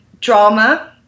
drama